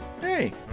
hey